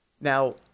Now